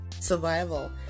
Survival